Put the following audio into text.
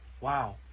Wow